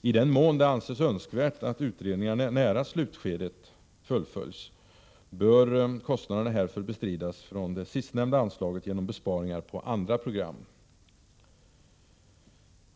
I den mån det anses önskvärt att utredningar nära slutskedet fullföljs, bör kostnaderna härför bestridas från det sistnämnda anslaget genom besparingar i fråga om andra program.